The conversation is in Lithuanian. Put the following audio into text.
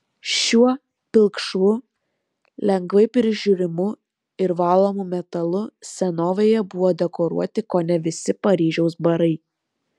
šiuo pilkšvu lengvai prižiūrimu ir valomu metalu senovėje buvo dekoruoti kone visi paryžiaus barai